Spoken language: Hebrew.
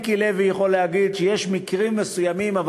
מיקי לוי יכול להגיד שיש מקרים מסוימים,